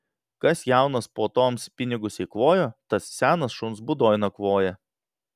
kas jaunas puotoms pinigus eikvojo tas senas šuns būdoj nakvoja